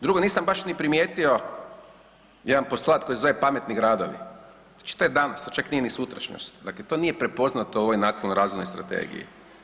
Drugo, nisam baš ni primijetio jedan postulat koji se zove „pametni gradovi“, znači to je danas, to čak nije ni sutrašnjost, dakle to nije prepoznato u ovoj Nacionalnoj razvojnoj strategiji.